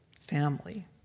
family